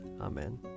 Amen